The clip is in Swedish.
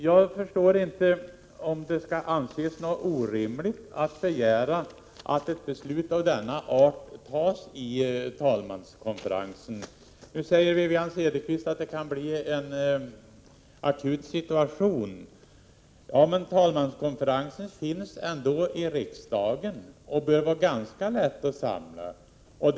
Jag förstår inte att det skall anses orimligt att begära att ett beslut av denna art fattas av talmanskonferensen. Nu säger Wivi-Anne Cederqvist att det kan inträffa en akut situation. Ja, men talmanskonferensen finns ändå i riksdagen och bör vara ganska lätt att samla.